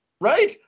Right